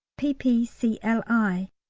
p p c l i,